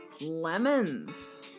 Lemons